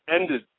ended